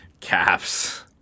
Caps